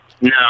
No